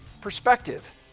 perspective